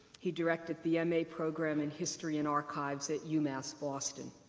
he directed the ma program in history and archives at umass boston.